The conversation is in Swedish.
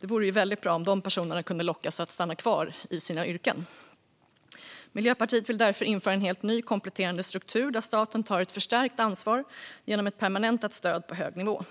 Det vore ju väldigt bra om de personerna kunde lockas att stanna kvar i sina yrken. Miljöpartiet vill därför införa en helt ny kompletterande struktur där staten tar ett förstärkt ansvar genom ett permanentat stöd på hög nivå.